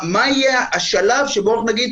מה יהיה השלב שבו אנחנו נגיד,